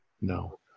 No